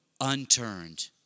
unturned